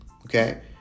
Okay